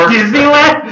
Disneyland